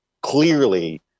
clearly